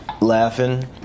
Laughing